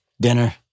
dinner